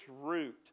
root